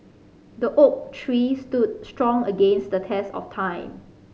the oak tree stood strong against the test of time